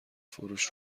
فروش